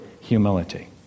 humility